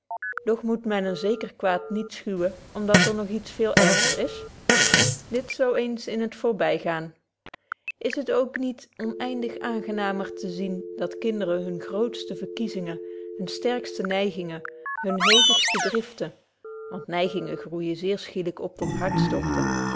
doch moet men een zeker kwaad niet schuwen om dat er nog iets veel erger is dit zo eens in t voorby gaan is het ook niet onëindig aangenamer te zien dat kinderen hunne grootste verkiezingen hunne sterkste neigingen hunne hevigste driften want neigingen groeijen zeer schielyk op tot